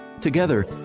Together